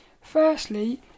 firstly